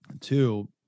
Two